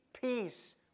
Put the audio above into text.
peace